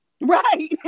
Right